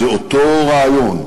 זה אותו רעיון,